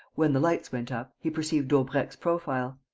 when the lights went up, he perceived daubrecq's profile.